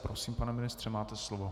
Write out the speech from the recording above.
Prosím, pane ministře, máte slovo.